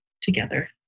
together